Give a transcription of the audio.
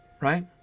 right